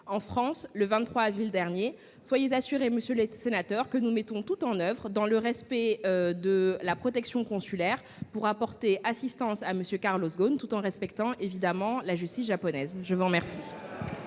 Abe le 23 avril dernier. Soyez assuré, monsieur le sénateur, que nous mettons tout en oeuvre, dans le cadre de la protection consulaire, pour apporter assistance à M. Carlos Ghosn, tout en respectant évidemment la justice japonaise. La parole